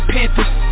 Panthers